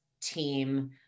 team